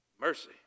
Mercy